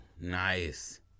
nice